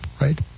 right